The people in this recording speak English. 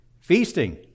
Feasting